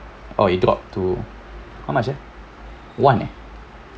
oh it dropped to how much uh one eh